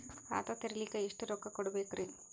ಖಾತಾ ತೆರಿಲಿಕ ಎಷ್ಟು ರೊಕ್ಕಕೊಡ್ಬೇಕುರೀ?